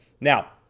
Now